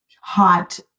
hot